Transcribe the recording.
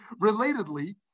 Relatedly